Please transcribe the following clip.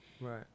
right